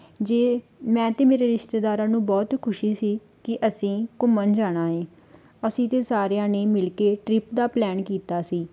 ਜੇ ਮੈਂ ਅਤੇ ਮੇਰੇ ਰਿਸ਼ਤੇਦਾਰਾਂ ਨੂੰ ਬਹੁਤ ਖੁਸ਼ੀ ਸੀ ਕਿ ਅਸੀਂ ਘੁੰਮਣ ਜਾਣਾ ਹੈ ਅਸੀਂ ਤਾਂ ਸਾਰਿਆਂ ਨੇ ਮਿਲ ਕੇ ਟ੍ਰਿੱਪ ਦਾ ਪਲੈਨ ਕੀਤਾ ਸੀ